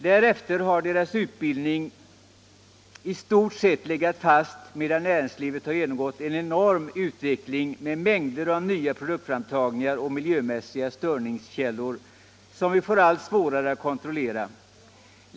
Därefter har deras utbildning i stort sett legat fast, medan näringslivet har genomgått en enorm utveckling med mängder av nya produktframtagningar och miljömässiga störningskällor, som vi får allt svårare att kontrollera.